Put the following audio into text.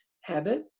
habit